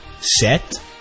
set